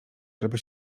żeby